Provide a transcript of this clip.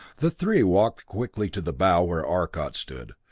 the three walked quickly to the bow where arcot stood,